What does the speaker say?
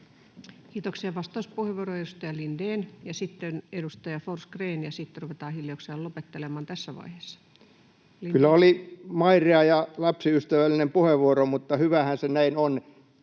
Kiitoksia. — Vastauspuheenvuoro, edustaja Lindén. — Sitten edustaja Forsgrén, ja sitten ruvetaan hiljakseen lopettelemaan tässä vaiheessa. Kyllä oli mairea ja lapsiystävällinen puheenvuoro, mutta hyvähän se näin on.